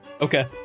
Okay